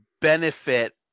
benefit